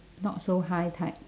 not so high type